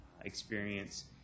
experience